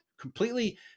completely